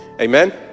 Amen